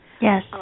Yes